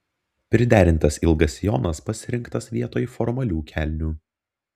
priderintas ilgas sijonas pasirinktas vietoj formalių kelnių